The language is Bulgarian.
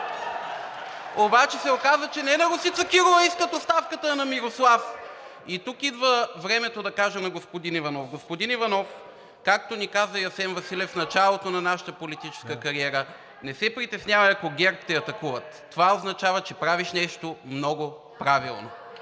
Обаче се оказа, че не на Росица Кирова искат оставката, а на Мирослав. И тук идва времето да кажа на господин Иванов: господин Иванов, както ни каза и Асен Василев в началото на нашата политическа кариера, не се притеснявай, ако ГЕРБ те атакуват. Това означава, че правиш нещо много правилно.